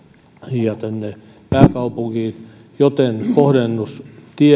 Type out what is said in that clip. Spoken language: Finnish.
ja tänne pääkaupunkiin joten kohdennus